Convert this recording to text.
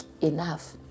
enough